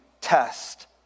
test